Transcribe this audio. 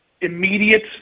immediate